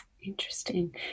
Interesting